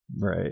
right